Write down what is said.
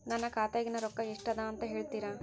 ನನ್ನ ಖಾತೆಯಾಗಿನ ರೊಕ್ಕ ಎಷ್ಟು ಅದಾ ಅಂತಾ ಹೇಳುತ್ತೇರಾ?